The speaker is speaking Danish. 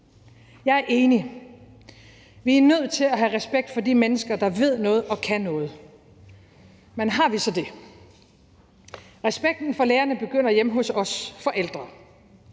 Jeg er enig. Vi er nødt til at have respekt for de mennesker, der ved noget og kan noget. Men har vi så det? Respekten for lærerne begynder hjemme hos os forældre,